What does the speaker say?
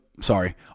Sorry